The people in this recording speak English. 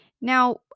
Now